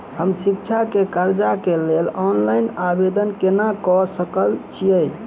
हम शिक्षा केँ कर्जा केँ लेल ऑनलाइन आवेदन केना करऽ सकल छीयै?